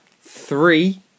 three